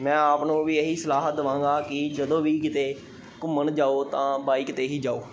ਮੈਂ ਆਪ ਨੂੰ ਵੀ ਇਹੀ ਸਲਾਹ ਦਵਾਂਗਾ ਕਿ ਜਦੋਂ ਵੀ ਕਿਤੇ ਘੁੰਮਣ ਜਾਓ ਤਾਂ ਬਾਈਕ 'ਤੇ ਹੀ ਜਾਓ